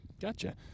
Gotcha